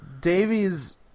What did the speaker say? Davies